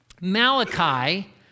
Malachi